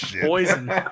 Poison